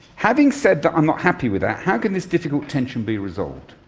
having said that i'm not happy with that, how can this difficult tension be resolved?